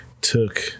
took